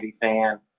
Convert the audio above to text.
fan